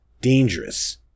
Dangerous